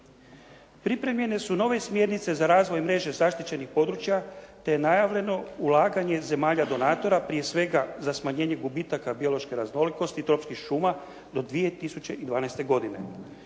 Pripremljene su nove smjernice za razvoj mreže zaštićenih područja te je najavljeno ulaganje zemalja donatora prije svega za smanjenje gubitaka biološke raznolikosti tropskih šuma do 2012. godine.